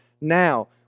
now